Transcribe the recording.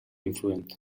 influent